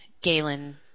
Galen